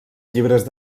llibres